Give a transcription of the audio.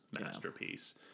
masterpiece